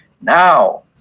Now